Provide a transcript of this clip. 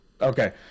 Okay